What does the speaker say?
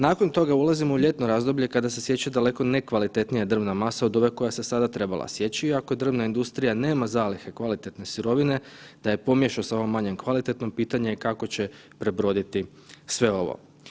Nakon toga ulazimo u ljetno razdoblje kada se sječe daleko nekvalitetnija drvna masa od ove koja se sada trebala sjeći, ako drvna industrija nema zalihe kvalitetne sirovine, da je pomiješa sa ovom manje kvalitetnom, pitanje je kako će prebroditi sve ovo.